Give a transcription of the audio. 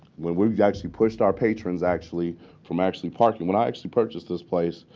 when we've actually pushed our patrons actually from actually parking when i actually purchased this place,